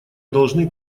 должны